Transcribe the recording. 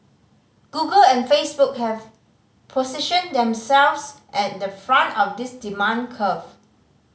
Google and Facebook have positioned themselves at the front of this demand curve